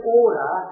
order